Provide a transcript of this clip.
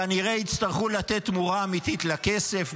כנראה, יצטרכו לתת תמורה אמיתית לכסף.